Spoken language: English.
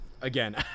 again